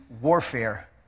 warfare